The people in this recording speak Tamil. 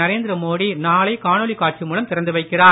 நரேந்திர மோடி நாளை காணொளி காட்சி மூலம் திறந்து வைக்கிறார்